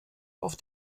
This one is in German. auf